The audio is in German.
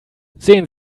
sehen